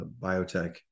biotech